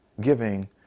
giving